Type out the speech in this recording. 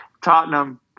Tottenham